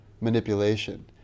manipulation